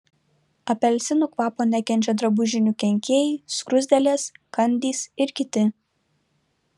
apelsinų kvapo nekenčia drabužinių kenkėjai skruzdėlės kandys ir kiti